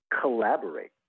collaborate